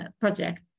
project